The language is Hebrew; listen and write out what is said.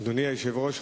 אדוני היושב-ראש,